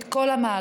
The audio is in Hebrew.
את כל המהלכים,